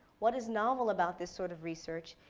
what is novel about this sort of research,